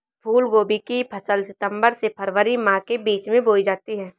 फूलगोभी की फसल सितंबर से फरवरी माह के बीच में बोई जाती है